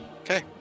Okay